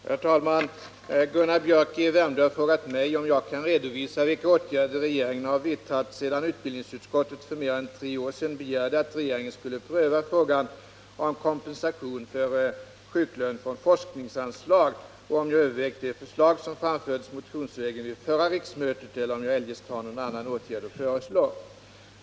Herr talman! Gunnar Biörck i Värmdö har frågat mig om jag kan redovisa vilka åtgärder regeringen har vidtagit sedan utbildningsutskottet för mer än tre år sedan begärde, att regeringen skulle pröva frågan om kompensation för sjuklön från forskningsanslag, och om jag övervägt det förslag som framfördes motionsvägen vid förra riksmötet eller om jag eljest har någon annan åtgärd att föreslå.